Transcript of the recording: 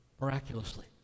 Miraculously